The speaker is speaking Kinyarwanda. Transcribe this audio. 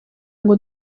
ngo